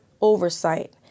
oversight